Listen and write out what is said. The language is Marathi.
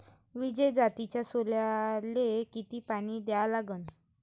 विजय जातीच्या सोल्याले किती पानी द्या लागन?